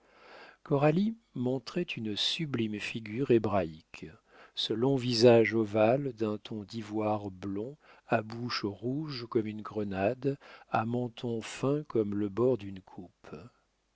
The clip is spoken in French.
coralie montrait une sublime figure hébraïque ce long visage ovale d'un ton d'ivoire blond à bouche rouge comme une grenade à menton fin comme le bord d'une coupe